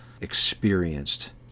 experienced